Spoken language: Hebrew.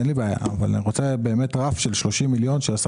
אין לי בעיה אבל אני רוצה רף של 30 מיליון שקלים,